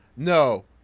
No